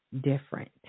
different